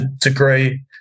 degree